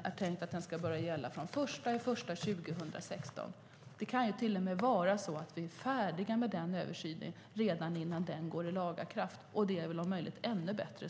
är tänkt att börja gälla från och med den 1 januari 2016. Det kan till och med vara så att vi är färdiga med denna översyn redan innan lagstiftningen träder i kraft. Det är väl i så fall om möjligt ännu bättre.